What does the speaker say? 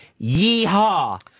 Yeehaw